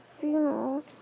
funeral